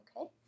Okay